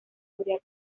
habría